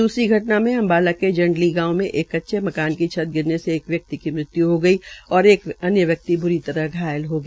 द्सरी घटना में अम्बाला में जंडली गांव में एक कच्चे मकान की छत गिरने से एक व्यक्ति की मृत्यु हो गई व एक ब्री तरह घायल हो गया